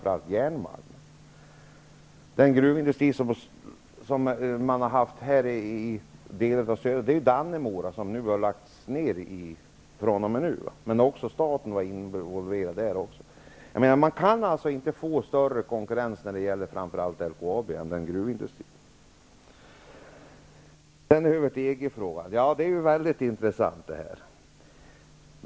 Söderut har det funnits gruvindustri i Dannemora, men den har nu lagts ner. Staten var involverad där också. Det går alltså inte att åstadkomma att LKAB utsätts för större konkurrens inom landet. Sedan över till EG-frågan. Det är väldigt intressant det här.